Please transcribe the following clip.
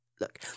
look